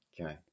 Okay